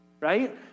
right